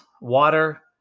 water